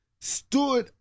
stood